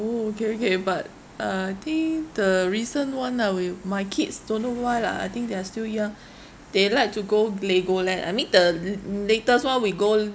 !woo! okay okay but uh I think the recent one ah we my kids don't know why lah I think they are still young they like to go legoland I mean the l~ latest one we go l~